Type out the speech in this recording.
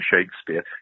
Shakespeare